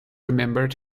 remembered